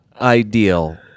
ideal